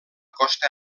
costa